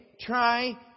try